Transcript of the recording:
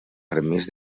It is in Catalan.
permís